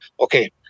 okay